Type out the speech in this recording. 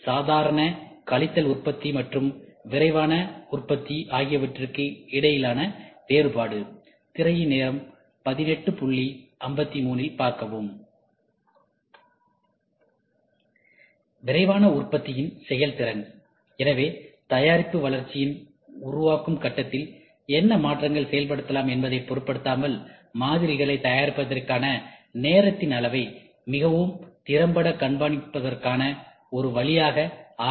இதுவே சாதாரண கழித்தல் உற்பத்தி மற்றும் விரைவான உற்பத்தி ஆகியவற்றிற்கு இடையிலான வேறுபாடு திரையின் நேரம் 1853இல் பார்க்கவும் விரைவான உற்பத்தியின் செயல்திறன் எனவே தயாரிப்பு வளர்ச்சியின் உருவாக்கும் கட்டத்தில் என்ன மாற்றங்கள் செயல்படுத்தப்படலாம் என்பதைப் பொருட்படுத்தாமல் மாதிரிகளைத் தயாரிப்பதற்கான நேரத்தின் அளவை மிகவும் திறம்பட கணிப்பதற்கான ஒரு வழியாக ஆர்